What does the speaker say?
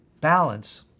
Balance